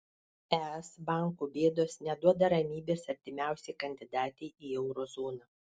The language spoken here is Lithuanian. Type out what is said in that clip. es bankų bėdos neduoda ramybės artimiausiai kandidatei į euro zoną